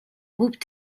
groupes